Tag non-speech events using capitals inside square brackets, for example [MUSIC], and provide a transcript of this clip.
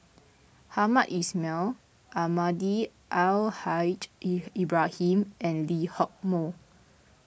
Hamed Ismail Almahdi Al Haj [UNINTELLIGIBLE] Ibrahim and Lee Hock Moh